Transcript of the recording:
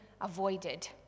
avoided